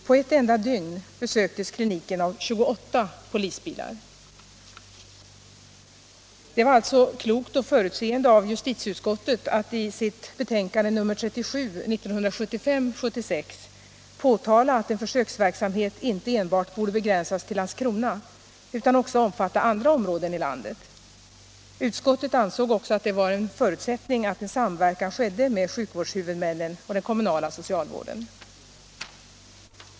På ett enda dygn besöktes kliniken av 28 polisbilar: Det var alltså klokt och förutseende av justitieutskottet att i sitt betänkande 1975/76:37 påtala att en försöksverksamhet inte skulle begränsas enbart till Landskrona utan borde omfatta också andra områden i landet. Utskottet ansåg också att det var en förutsättning att en samverkan skedde med sjukvårdshuvudmännen och den kommunala socialvården.